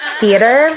theater